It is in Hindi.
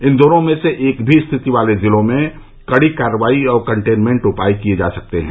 इन दोनों में से एक भी स्थिति वाले जिलो में कड़ी कार्रवाई और कंटेनमेंट उपाय किए जा सकते हैं